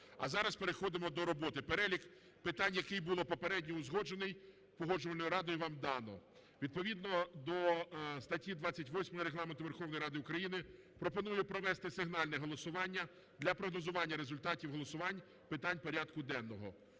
а зараз переходимо до роботи. Перелік питань, який був попередньо узгоджений Погоджувальною радою, вам дано. Відповідно до статті 28 Регламенту Верховної Ради України пропоную провести сигнальне голосування для прогнозування результатів голосувань питань порядку денного.